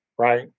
Right